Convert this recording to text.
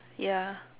ya